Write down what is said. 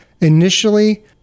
initially